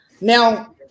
Now